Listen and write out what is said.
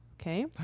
Okay